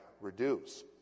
reduce